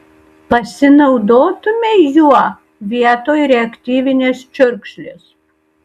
pasinaudotumei juo vietoj reaktyvinės čiurkšlės